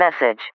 message